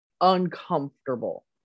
uncomfortable